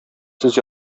сез